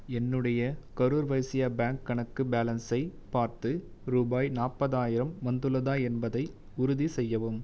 என்னுடைய கரூர் வைஸ்யா பேங்க் கணக்கு பேலன்ஸை பார்த்து ரூபாய் நாற்பதாயிரம் வந்துள்ளதா என்பதை உறுதி செய்யவும்